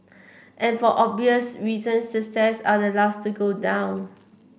and for obvious reason the stairs are the last to go down